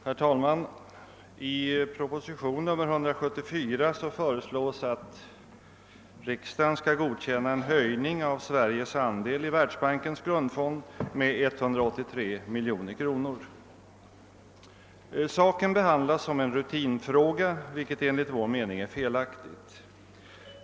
Herr talman! 1 propositionen 174 föreslås att riksdagen skall godkänna en höjning av Sveriges andel i världsbankens grundfond med 183 miljoner kronor. Ärendet behandlas som en rutinfråga, vilket enligt vår mening är felaktigt.